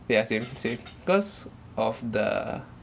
yeah same same cause of the